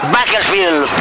Bakersfield